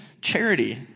charity